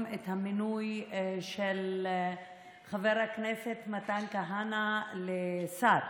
את המינוי של חבר הכנסת מתן כהנא לשר.